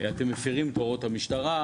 אתם מפירים את הוראות המשטרה.